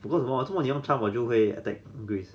你做什么做么你用 trump 我就会 attacked grace